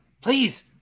please